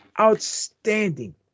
outstanding